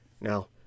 Now